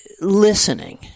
listening